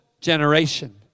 generation